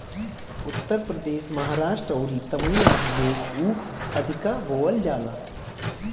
उत्तर प्रदेश, महाराष्ट्र अउरी तमिलनाडु में ऊख अधिका बोअल जाला